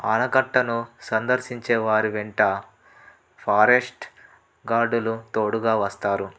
ఆనకట్టను సందర్శించే వారి వెంట ఫారెస్ట్ గాడులు తోడుగా వస్తారు